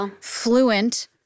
Fluent